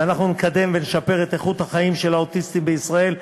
ואנחנו נקדם ונשפר את איכות החיים של האוטיסטים במדינת ישראל,